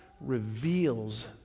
reveals